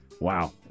Wow